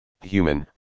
human